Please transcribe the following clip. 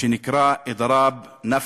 שנקראה "אדראב נפחא",